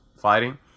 fighting